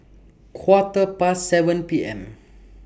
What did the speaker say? Quarter Past seven P M